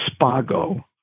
Spago